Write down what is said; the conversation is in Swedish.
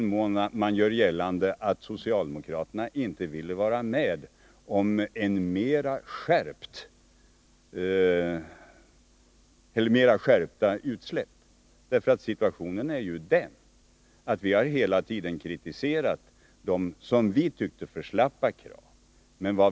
Man vill göra gällande att socialdemokraterna inte ville vara med om mera skärpta krav på utsläppet. Men vi har hela tiden kritiserat de som vi tyckte för slappa kraven.